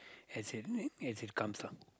as in as it comes lah